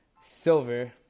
silver